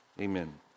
Amen